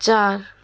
ਚਾਰ